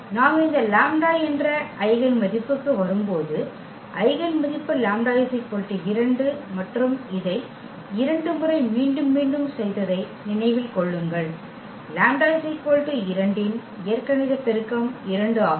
நாம் இந்த λ என்ற ஐகென் மதிப்புக்கு வரும்போது ஐகென் மதிப்பு λ 2 மற்றும் இதை 2 முறை மீண்டும் மீண்டும் செய்ததை நினைவில் கொள்ளுங்கள் λ 2 இன் இயற்கணித பெருக்கம் 2 ஆகும்